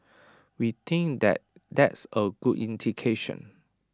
we think that that's A good indication